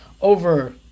over